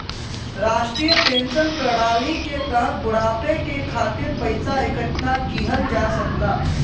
राष्ट्रीय पेंशन प्रणाली के तहत बुढ़ापे के खातिर पइसा इकठ्ठा किहल जा सकला